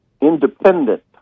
independent